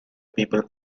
people